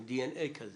עם דנ"א כזה.